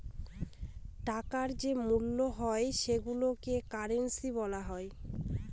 টাকার যে মূল্য হয় সেইগুলোকে কারেন্সি বলা হয়